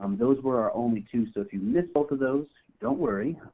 um those were our only two, so if you missed both of those, don't worry.